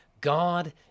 God